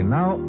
Now